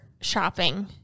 shopping